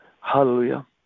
Hallelujah